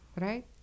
right